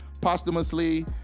posthumously